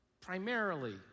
primarily